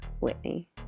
Whitney